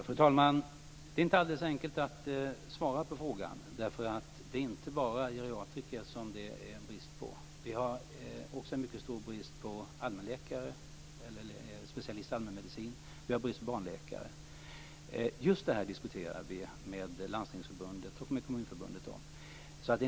Fru talman! Det är inte alldeles enkelt att svara på frågan, därför att det är inte bara geriatriker som det är brist på. Vi har också en mycket stor brist på specialister i allmänmedicin, och vi har brist på barnläkare. Just det här diskuterar vi med Landstingsförbundet och Kommunförbundet.